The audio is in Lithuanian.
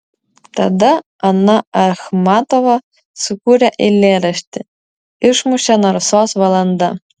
tada ana achmatova sukūrė eilėraštį išmušė narsos valanda